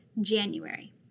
January